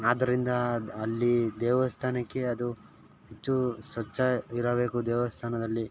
ಆದ್ದರಿಂದ ಅಲ್ಲಿ ದೇವಸ್ಥಾನಕ್ಕೆ ಅದು ಹೆಚ್ಚು ಸ್ವಚ್ಛ ಇರಬೇಕು ದೇವಸ್ಥಾನದಲ್ಲಿ